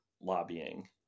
lobbying